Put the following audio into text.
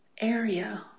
area